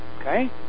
okay